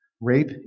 Rape